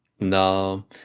no